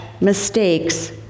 mistakes